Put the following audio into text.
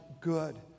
good